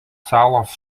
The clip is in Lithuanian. salos